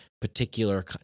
particular